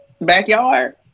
Backyard